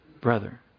brother